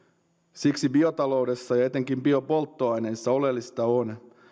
siksi biotaloudessa ja etenkin biopolttoaineissa oleellista on